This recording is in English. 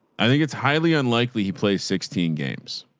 i think it's highly unlikely. he plays sixteen games.